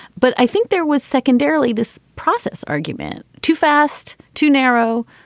but i think there was secondarily this process argument too fast to narrow,